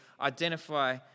identify